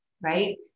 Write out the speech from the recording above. right